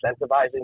incentivizing